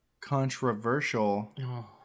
controversial